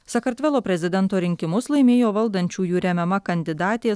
sakartvelo prezidento rinkimus laimėjo valdančiųjų remiama kandidatė